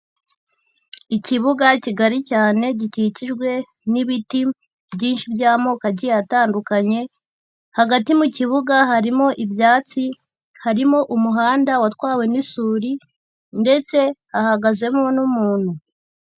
Ikibuga kigari cyane gikikijwe n'ibiti byinshi by'amoko agiye atandukanye, hagati mu kibuga harimo ibyatsi, harimo umuhanda watwawe n'isuri ndetse hahagazemo n'umuntu.